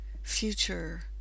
Future